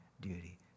duty